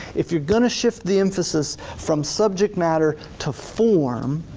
if you're gonna shift the emphasis from subject matter to form,